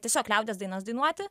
tiesiog liaudies dainas dainuoti